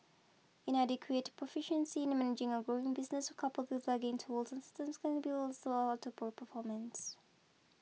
inadequate proficiency in managing a growing business coupled with lagging tools and systems can't be also to poor performance